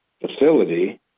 facility